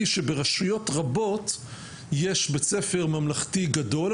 שברשויות רבות יש בית ספר ממלכתי גדול,